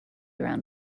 around